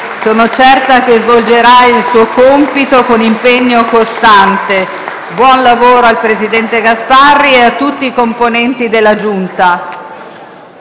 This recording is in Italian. Sono certa che svolgerà il suo compito con impegno costante. Buon lavoro al presidente Gasparri e a tutti i componenti della Giunta.